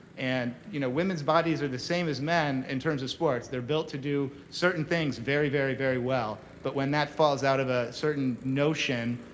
and you know women's bodies are the same as men in terms of sports. they're built to do certain things very, very, very well. but when that falls out of a certain notion,